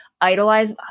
idolize